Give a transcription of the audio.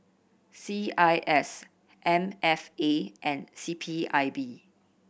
C I S M F A and C P I B